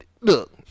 Look